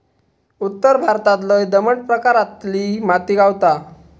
उत्तर भारतात लय दमट प्रकारातली माती गावता